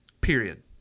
Period